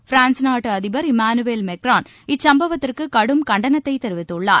France நாட்டு அதிபர் Emmanuel Macron இச்சம்பவத்திற்கு கடும் கண்டனத்தை தெரிவித்துள்ளார்